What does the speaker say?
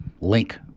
link